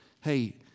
Hey